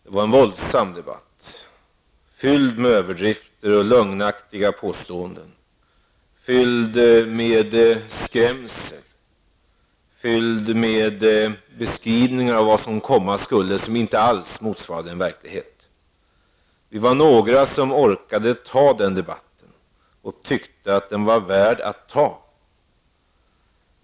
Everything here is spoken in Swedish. Det blev en våldsam debatt, fylld av överdrifter och lögnaktiga påståenden, fylld med skrämsel och med beskrivningar av vad som komma skulle, något som inte alls motsvarade verkligheten. Det var några som orkade ta den debatten och som tyckte att den var värd att ta.